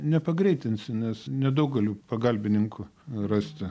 nepagreitinsi nes nedaug galiu pagalbininkų rasti